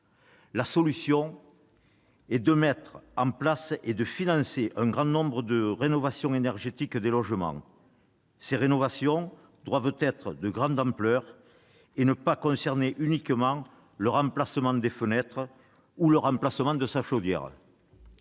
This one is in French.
La solution est de mettre en place et de financer un vaste plan de rénovation énergétique des logements. Ces travaux doivent être de grande ampleur et ne pas concerner uniquement le remplacement des fenêtres ou le changement des chaudières.